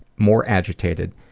more agitated,